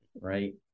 Right